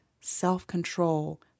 self-control